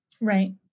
Right